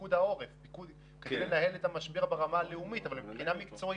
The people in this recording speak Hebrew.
פיקוד העורף כדי לנהל את המשבר ברמה הלאומית אבל מבחינה מקצועית,